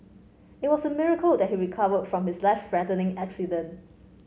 it was a miracle that he recovered from his life threatening accident